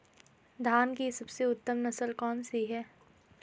धान की सबसे उत्तम नस्ल कौन सी है?